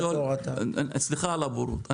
סליחה על הבורות,